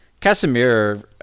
Casimir